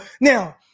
Now